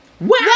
Wow